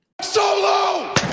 Solo